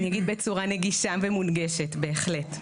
אני אגיד בצורה נגישה ומונגשת, בהחלט.